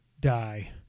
die